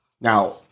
Now